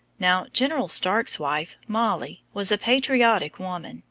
now, general stark's wife, molly, was a patriotic woman,